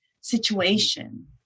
situation